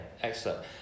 excellent